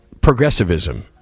progressivism